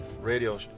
radio